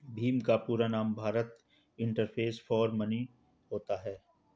भीम का पूरा नाम भारत इंटरफेस फॉर मनी होता है